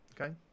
Okay